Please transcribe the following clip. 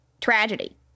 tragedy